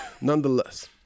nonetheless